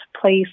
place